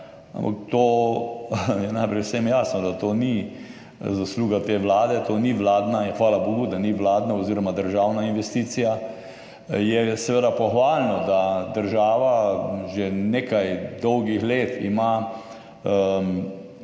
Ampak najbrž je vsem jasno, da to ni zasluga te vlade, to ni vladna, in hvala bogu, da ni vladna oziroma državna investicija. Je seveda pohvalno, da ima država že nekaj dolgih let kar znatna